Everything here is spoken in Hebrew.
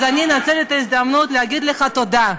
אז אני אנצל את ההזדמנות להגיד לך תודה.